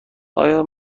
آیا